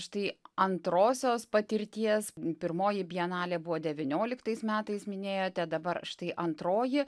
štai antrosios patirties pirmoji bienalė buvo devynioliktais metais minėjote dabar štai antroji